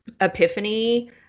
Epiphany